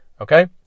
Okay